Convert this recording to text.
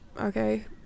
okay